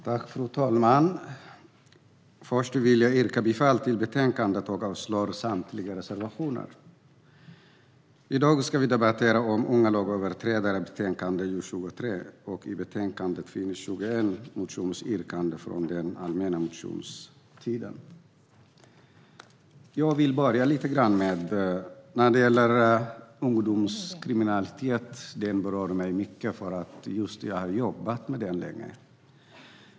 Fru talman! Först vill jag yrka bifall till utskottets förslag och avslag på samtliga reservationer. I dag ska vi debattera unga lagöverträdare, betänkande JuU23. I betänkandet finns 21 motionsyrkanden från den allmänna motionstiden. Ungdomskriminalitet berör mig mycket. Jag har jobbat länge med det.